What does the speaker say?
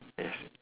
yes